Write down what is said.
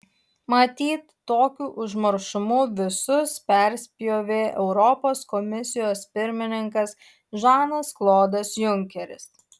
matyt tokiu užmaršumu visus perspjovė europos komisijos pirmininkas žanas klodas junkeris